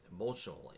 emotionally